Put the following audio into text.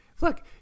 Look